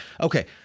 Okay